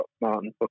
Martin